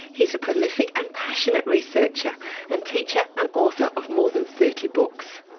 he's a prolific and passionate researcher and teacher, and author of more than thirty books.